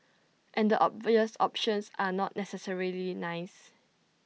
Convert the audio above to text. and the obvious options are not necessarily nice